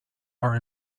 are